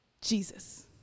Jesus